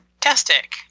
fantastic